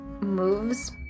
moves